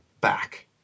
back